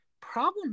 problem